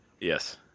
yes